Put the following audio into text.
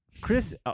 Chris